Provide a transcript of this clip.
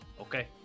okay